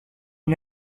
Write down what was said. une